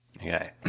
Okay